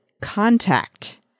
Contact